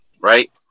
Right